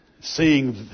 Seeing